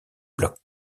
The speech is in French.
blocs